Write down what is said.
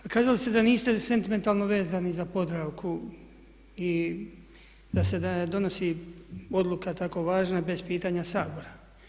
Kazali ste da niste sentimentalno vezani za Podravku i da se ne donosi odluka tako važna bez pitanja Sabora.